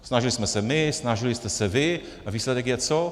Snažili jsme se my, snažili jste se vy a výsledek je co?